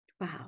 wow